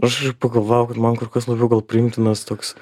ir aš kašaip pagalvojau kad man kur kas labiau gal priimtinas toks